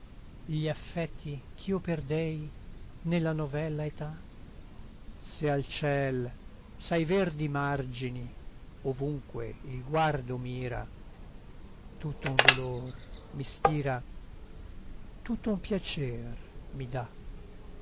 gli affetti ch'io perdei nella novella età se al ciel s'ai verdi margini ovunque il guardo mira tutto un dolor mi spira tutto un piacer mi dà